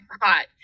hot